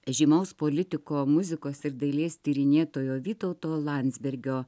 žymaus politiko muzikos ir dailės tyrinėtojo vytauto landsbergio